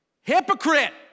Hypocrite